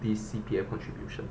the C_P_F contribution